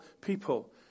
people